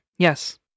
Yes